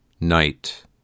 night